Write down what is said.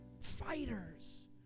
Fighters